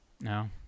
No